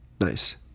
Nice